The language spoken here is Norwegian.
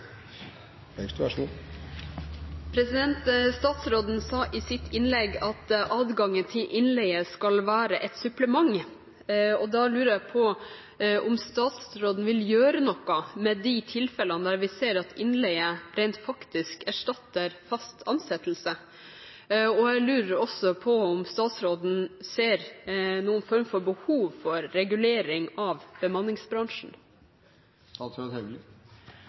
da lurer jeg på om statsråden vil gjøre noe med de tilfellene der vi ser at innleie rent faktisk erstatter fast ansettelse? Jeg lurer også på om statsråden ser noen form for behov for regulering av bemanningsbransjen.